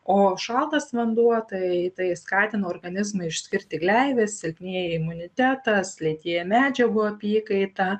o šaltas vanduo tai tai skatina organizmą išskirti gleives silpnėja imunitetas lėtėja medžiagų apykaita